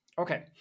Okay